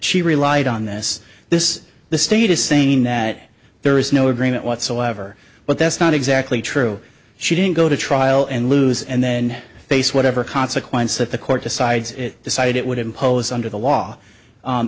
she relied on this this the state is saying that there is no agreement whatsoever but that's not exactly true she didn't go to trial and lose and then face whatever consequences the court decides decided it would impose under the law